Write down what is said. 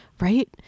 right